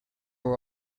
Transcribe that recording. were